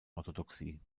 orthodoxie